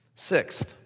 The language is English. Sixth